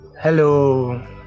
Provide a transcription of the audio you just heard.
Hello